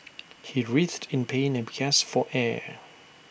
he writhed in pain and gasped for air